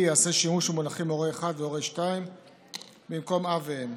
ייעשה שימוש במונחים הורה 1 והורה 2 במקום אב ואם.